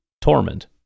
torment